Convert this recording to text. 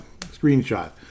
screenshot